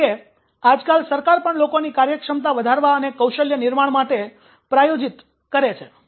જેમ કે આજકાલ સરકાર પણ લોકોની કાર્યક્ષમતા વધારવા અને કૌશલ્ય નિર્માણ માટે પ્રાયોજિત કરે છે